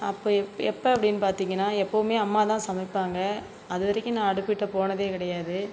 அப்போ எப்போ அப்படினு பார்த்திங்கன்னா எப்பவுமே அம்மாதான் சமைப்பாங்க அது வரைக்கும் நான் அடுப்புகிட்ட போனதே கிடையாது